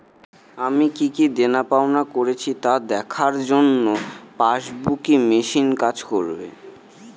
আমি কি কি দেনাপাওনা করেছি তা দেখার জন্য পাসবুক ই মেশিন কাজ করবে?